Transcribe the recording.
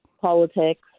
politics